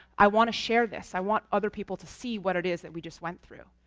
i want to share this i want other people to see what it is that we just went through.